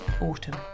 autumn